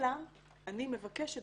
אני מבקשת